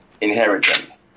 inheritance